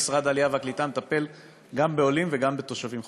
משרד העלייה והקליטה מטפל גם בעולים וגם בתושבים חוזרים.